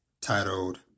titled